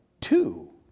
two